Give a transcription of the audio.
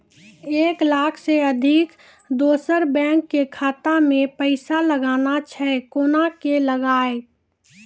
एक लाख से अधिक दोसर बैंक के खाता मे पैसा लगाना छै कोना के लगाए?